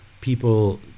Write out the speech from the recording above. people